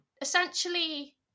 essentially